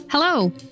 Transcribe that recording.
Hello